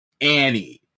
Annie